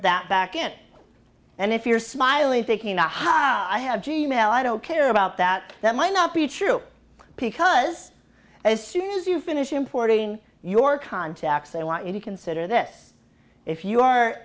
that back in and if you're smiling thinking aha i have g mail i don't care about that that might not be true because as soon as you finish importing your contacts i want you to consider this if you are